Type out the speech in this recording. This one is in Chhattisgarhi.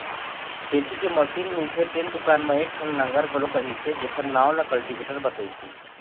खेती के मसीन मिलथे तेन दुकान म एकठन नांगर घलोक रहिस हे जेखर नांव ल कल्टीवेटर बतइस हे